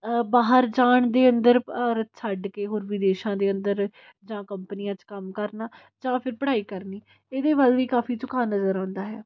ਬਾਹਰ ਜਾਣ ਦੇ ਅੰਦਰ ਭਾਰਤ ਛੱਡ ਕੇ ਹੋਰ ਵਿਦੇਸ਼ਾਂ ਦੇ ਅੰਦਰ ਜਾਂ ਕੰਪਨੀਆਂ 'ਚ ਕੰਮ ਕਰਨਾ ਜਾਂ ਫਿਰ ਪੜ੍ਹਾਈ ਕਰਨੀ ਇਹਦੇ ਵੱਲ ਵੀ ਕਾਫੀ ਝੁਕਾਅ ਨਜ਼ਰ ਆਉਂਦਾ ਹੈ